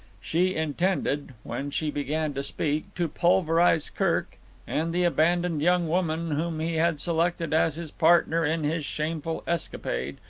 she intended, when she began to speak, to pulverize kirk and the abandoned young woman whom he had selected as his partner in his shameful escapade,